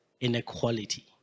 inequality